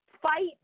fight